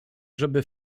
żeby